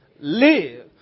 Live